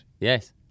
Yes